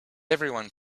everyone